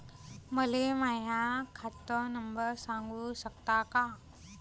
मले माह्या खात नंबर सांगु सकता का?